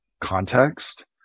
context